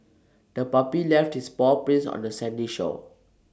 the puppy left its paw prints on the sandy shore